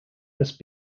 must